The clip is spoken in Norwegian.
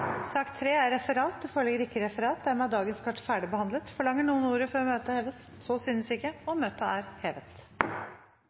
Det foreligger ikke noe referat. Forlanger noen ordet før møtet heves? – Så synes ikke, og